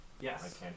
Yes